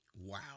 Wow